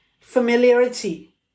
familiarity